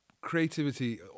creativity